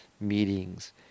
meetings